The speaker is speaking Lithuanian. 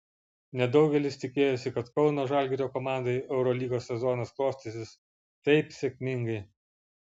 nedaugelis tikėjosi kad kauno žalgirio komandai eurolygos sezonas klostysis taip sėkmingai